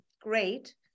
great